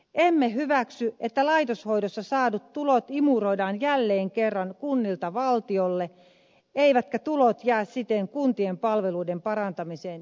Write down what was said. emme hyväksy että laitoshoidossa saadut tulot imuroidaan jälleen kerran kunnilta valtiolle eivätkä tulot jää siten kuntien palveluiden parantamiseen ja kehittämiseen